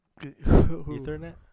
Ethernet